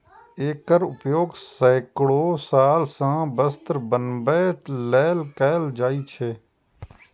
एकर उपयोग सैकड़ो साल सं वस्त्र बनबै लेल कैल जाए छै